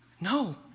No